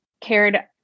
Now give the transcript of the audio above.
cared